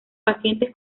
pacientes